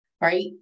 right